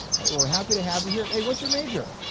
we're happy to have you here. hey what's your major?